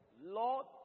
Lord